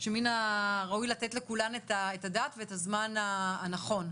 שמין ראוי לתת לכולן את הדעת ואת הזמן הנכון.